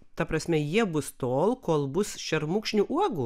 ta prasme jie bus tol kol bus šermukšnių uogų